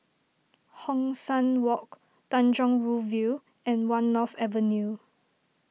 Hong San Walk Tanjong Rhu View and one North Avenue